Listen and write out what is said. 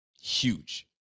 Huge